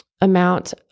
amount